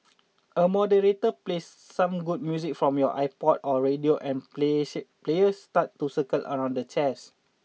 a moderator plays some good music from your iPod or radio and glee ship players start to circle around the chairs